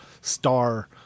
star